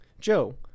Joe